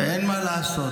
אין מה לעשות.